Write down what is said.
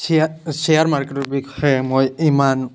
share share মাৰ্কেটৰ বিষয়ে মই ইমান